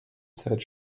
zeit